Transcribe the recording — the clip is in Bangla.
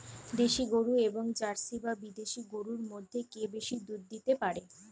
দেশী গরু এবং জার্সি বা বিদেশি গরু মধ্যে কে বেশি দুধ দিতে পারে?